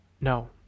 No